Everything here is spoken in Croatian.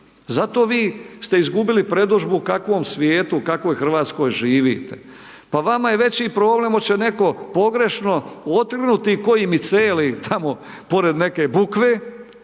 zato vi ste izgubili predodžbu u kakvom svijetu u kakvoj Hrvatskoj živite, pa vama je veći problem hoće li netko pogrešno otrgnuti koji micelij tamo pored neke bukve